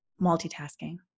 multitasking